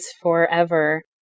forever